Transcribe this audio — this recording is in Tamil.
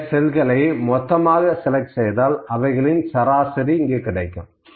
இந்த செல்களை மொத்தமாக செலக்ட் செய்தால் அவைகளின் சராசரி இங்கு கிடைக்கிறது